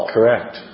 Correct